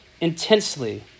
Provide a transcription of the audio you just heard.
intensely